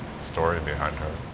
story behind her.